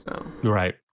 Right